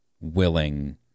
willing